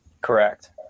Correct